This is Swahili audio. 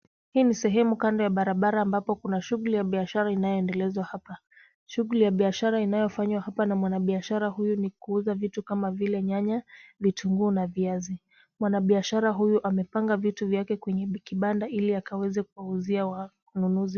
Hii ni sehemu kando ya barabara ambapo kuna shughuli za biashara inayoendelezwa hapa. Shughuli ya biashara inayofanywa hapa na mwanabiashara huyu ni kuuza vitu kama vile nyanya, vitunguu na viazi. Mwanabiashara huyu amepanga vitu vyake kwenye kibanda ili aweze kuwauzia wanunuzi.